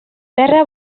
terra